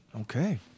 Okay